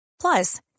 Plus